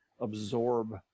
absorb